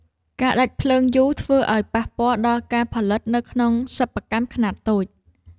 ការដាច់ភ្លើងយូរធ្វើឱ្យប៉ះពាល់ដល់ការផលិតនៅក្នុងសិប្បកម្មខ្នាតតូច។